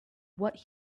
what